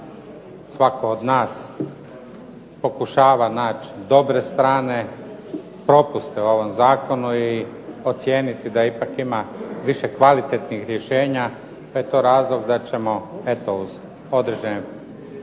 svatko od nas pokušava naći dobre strane, propuste u ovom zakonu i procijeniti da ipak ima više kvalitetnih rješenja, pa je to razlog da ćemo uz određene prijedloge